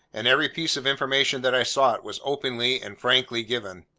and every piece of information that i sought, was openly and frankly given.